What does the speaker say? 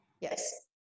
Yes